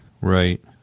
Right